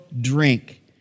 drink